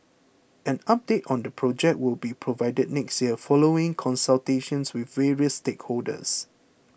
an update on the project will be provided next year following consultations with various stakeholders